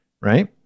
Right